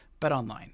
BetOnline